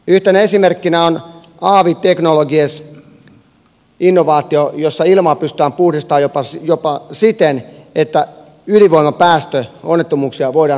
yhtenä esimerkkinä on aavi technologies innovaatio jossa ilmaa pystytään puhdistamaan jopa siten että ydinvoimapäästöonnettomuuksia voidaan siivota